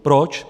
Proč?